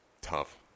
Tough